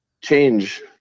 change